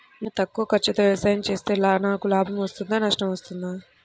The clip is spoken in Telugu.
నేను తక్కువ ఖర్చుతో వ్యవసాయం చేస్తే నాకు లాభం వస్తుందా నష్టం వస్తుందా?